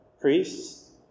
Priests